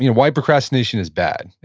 you know why procrastination is bad.